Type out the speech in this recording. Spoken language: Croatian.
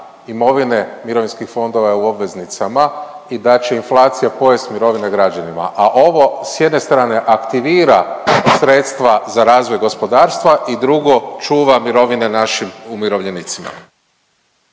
imovine mirovinskih fondova je u obveznicama i da će inflacija pojest mirovine građanima, a ovo s jedne strane aktivira sredstva za razvoj gospodarstva i drugo čuva mirovine našim umirovljenicima.